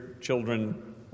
children